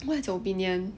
what is your opinion